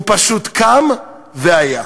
הוא פשוט קם והיה.